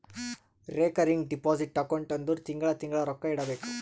recurring deposit account ಅಂದುರ್ ತಿಂಗಳಾ ತಿಂಗಳಾ ರೊಕ್ಕಾ ಇಡಬೇಕು